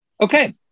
Okay